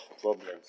problems